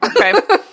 okay